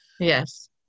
Yes